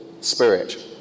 spirit